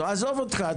עזוב אותך.